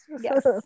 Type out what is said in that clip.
Yes